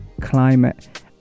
climate